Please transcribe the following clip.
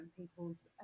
people's